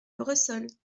bressols